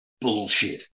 Bullshit